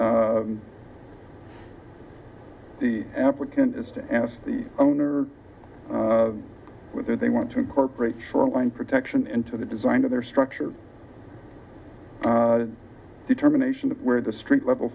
the applicant is to ask the owner whether they want to incorporate shoreline protection into the design of their structure determination of where the street level